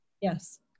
Yes